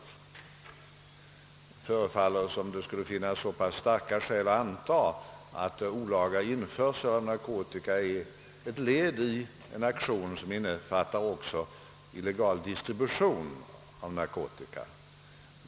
Det förefaller som om det skulle finnas starka skäl att anta att olaga införsel av narkotika är ett led i en aktion, som också innefattar illegal distribution av narkotika.